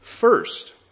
First